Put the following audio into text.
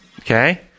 Okay